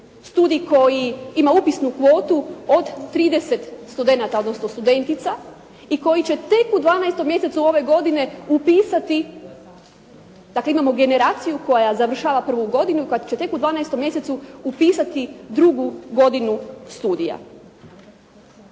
studij koji ima upisnu kvotu od 30 studenata odnosno studentica i koji će tek u 12. mjesecu ove godine upisati. Dakle, imamo